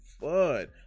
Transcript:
fun